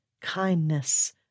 kindness